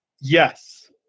Yes